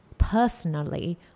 personally